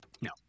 No